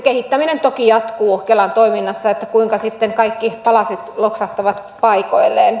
kehittäminen toki jatkuu kelan toiminnassa että kuinka sitten kaikki palaset loksahtavat paikoilleen